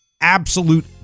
absolute